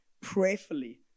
prayerfully